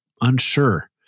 unsure